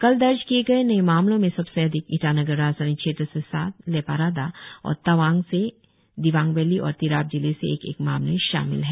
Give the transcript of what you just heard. कल दर्ज किए नए मामलों में सबसे अधिक ईटानगर राजधानी क्षेत्र से सात लेपारादा और तवांग से दिबांग वैली और तिराप जिले से एक एक मामले शामिल है